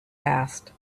asked